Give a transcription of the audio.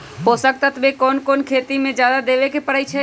पोषक तत्व क कौन कौन खेती म जादा देवे क परईछी?